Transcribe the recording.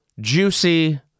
juicy